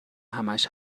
همش